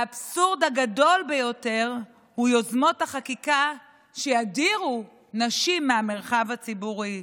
האבסורד הגדול ביותר הוא יוזמות החקיקה שידירו נשים מהמרחב הציבורי,